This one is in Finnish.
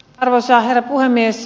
arvoisa herra puhemies